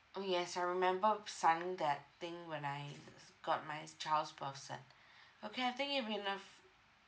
orh yes I remember signing that thing when I got my s~ child's birth cert okay I think you've been a